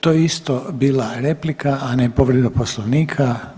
To je isto bila replika, a ne povreda poslovnika.